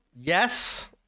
yes